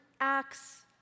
acts